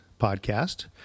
podcast